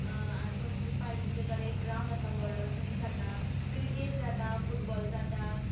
मुन्सिपालिटिच्या कडेक ग्रावड आसा एक व्हडलो थंय जाता क्रिकेट जाता फुटबॉल जाता